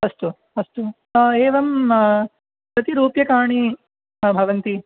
अस्तु अस्तु एवं कति रूप्यकाणि भवन्ति